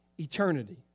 Eternity